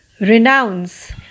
renounce